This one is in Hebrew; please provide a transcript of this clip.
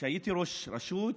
כשהייתי ראש רשות